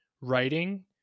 writing